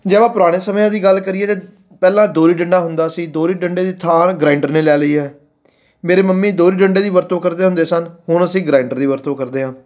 ਜਿਵੇਂ ਪੁਰਾਣੇ ਸਮਿਆਂ ਦੀ ਗੱਲ ਕਰੀਏ ਅਤੇ ਪਹਿਲਾਂ ਦੋਹਰੀ ਡੰਡਾ ਹੁੰਦਾ ਸੀ ਦੋਹਰੀ ਡੰਡੇ ਦੀ ਥਾਂ ਗਰਾਂਇਡਰ ਨੇ ਲੈ ਲਈ ਹੈ ਮੇਰੇ ਮੰਮੀ ਦੋਹਰੀ ਡੰਡੇ ਦੀ ਵਰਤੋਂ ਕਰਦੇ ਹੁੰਦੇ ਸਨ ਹੁਣ ਅਸੀਂ ਗਰਾਂਇਡਰ ਦੀ ਵਰਤੋਂ ਕਰਦੇ ਹਾਂ